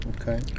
Okay